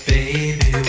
Baby